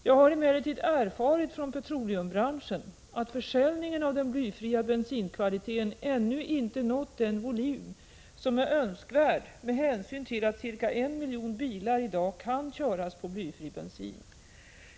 Jag har emellertid erfarit från petroleumbranschen att försäljningen av den blyfria bensinkvaliteten ännu inte nått den volym som är önskvärd med hänsyn till att ca 1 miljon bilar i dag kan köras på blyfri bensin.